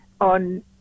on